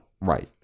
right